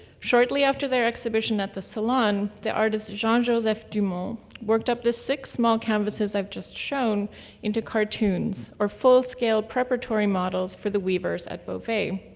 shortly after their exhibition at the salon, the artist jean-joseph dumons worked up the six small canvases i've just shown into cartoons, or full-scale preparatory models for the weavers at beauvais.